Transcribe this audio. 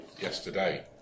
yesterday